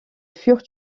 furent